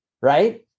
right